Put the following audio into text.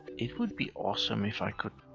it would be awesome if i could.